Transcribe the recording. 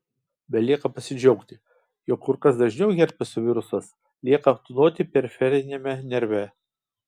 belieka pasidžiaugti jog kur kas dažniau herpeso virusas lieka tūnoti periferiniame nerve